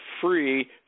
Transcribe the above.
free